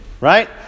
right